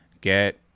get